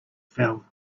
fell